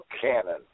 cannon